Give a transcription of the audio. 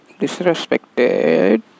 disrespected